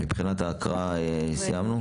מבחינת ההקראה סיימנו?